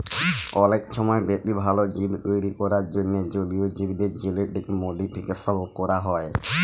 অলেক ছময় বেশি ভাল জীব তৈরি ক্যরার জ্যনহে জলীয় জীবদের জেলেটিক মডিফিকেশল ক্যরা হ্যয়